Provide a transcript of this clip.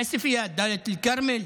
עוספיא, דאלית אל-כרמל